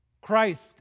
Christ